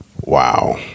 Wow